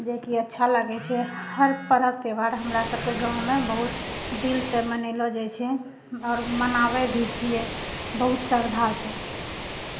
जेकि अच्छा लागैत छै हर पर्व त्योहार हमरा सभके गाँवमे बहुत दिलसँ मनेलो जाइत छै आओर मनाबय भी छियै बहुत श्रद्धासँ